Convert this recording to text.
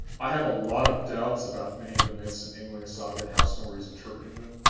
i have a lot of doubts about many of the myths in ynglinga saga and how snorri's interpreting them,